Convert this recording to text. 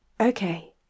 Okay